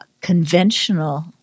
conventional